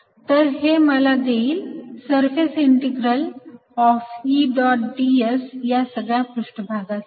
तर हे मला देईल surface integral curl of E dot ds या सगळ्या पृष्ठभागासाठी